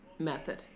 Method